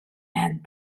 and